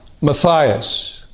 Matthias